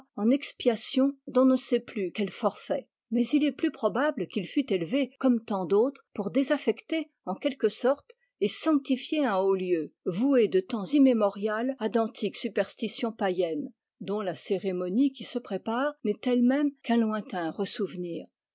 en expiation d'on ne sait plus quel forfait mais il est plus probable qu'il fut élevé comme tant d'autres pour désaffecter en quelque sorte et sanctifier un haut lieu voué de temps immémorial à d'antiques superstitions païennes dont la cérémonie qui se prépare n'est elle-même qu'un lointain ressouvenir